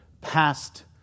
past